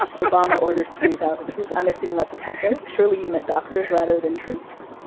obama orders three thousand troops i'm assuming that's a typo, surely you meant doctors rather than troops.